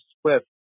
Swift